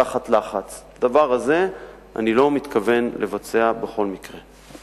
את הדבר הזה אני לא מתכוון לבצע בכל מקרה.